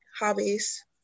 hobbies